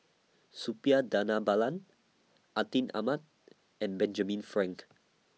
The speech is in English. Suppiah Dhanabalan Atin Amat and Benjamin Frank